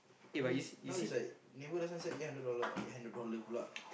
you mean now it's like neighbour last time said eight hundred dollar right hundred dollar pula